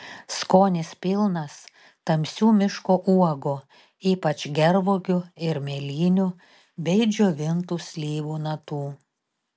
skonis pilnas tamsių miško uogų ypač gervuogių ir mėlynių bei džiovintų slyvų natų